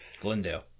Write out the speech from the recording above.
Glendale